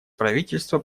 правительство